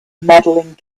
medaling